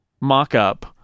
mock-up